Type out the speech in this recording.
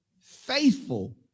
Faithful